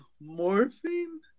morphine